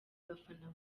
bafana